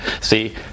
See